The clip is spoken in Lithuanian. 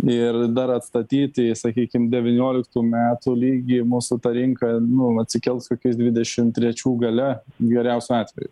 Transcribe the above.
ir dar atstatyti sakykim devynioliktų metų lygį mūsų ta rinka nu atsikels kokiais dvidešim trečių gale geriausiu atveju